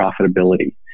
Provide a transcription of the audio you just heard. profitability